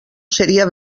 seria